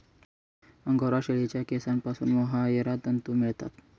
angora शेळीच्या केसांपासून mohair तंतू मिळतात